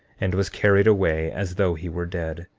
and was carried away as though he were dead.